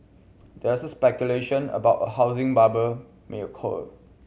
there is speculation about a housing bubble may occur